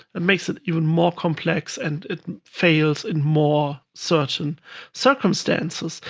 it makes it even more complex, and it fails in more certain circumstances.